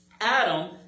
Adam